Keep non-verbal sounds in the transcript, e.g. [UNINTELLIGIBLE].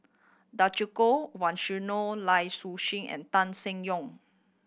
Djoko [UNINTELLIGIBLE] Lai Su [UNINTELLIGIBLE] and Tan Seng Yong